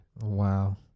Wow